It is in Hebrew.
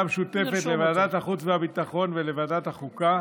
המשותפת לוועדת החוץ והביטחון ולוועדת החוקה,